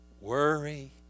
worry